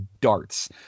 darts